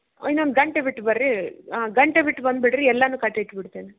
ಇನ್ನೊಂದು ಗಂಟೆ ಬಿಟ್ಟು ಬನ್ರಿ ಹಾಂ ಗಂಟೆ ಬಿಟ್ಟು ಬಂದುಬಿಡ್ರಿ ಎಲ್ಲನೂ ಕಟ್ಟಿಟ್ಬಿಡ್ತೇನೆ